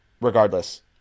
regardless